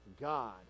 God